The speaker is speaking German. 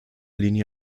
linie